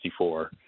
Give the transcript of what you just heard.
1964